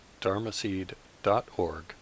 dharmaseed.org